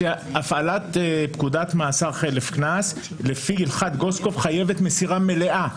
הפעלת פקודת מאסר חלף קנס לפי הלכת גוסקוב חייבת מסירה מלאה,